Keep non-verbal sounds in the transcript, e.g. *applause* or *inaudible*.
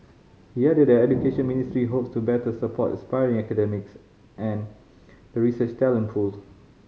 he added that the Education Ministry hopes to better support aspiring academics and the *noise* research talent pool